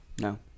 No